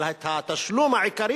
אבל התשלום העיקרי,